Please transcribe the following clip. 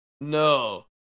No